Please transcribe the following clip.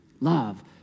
Love